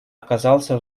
оказался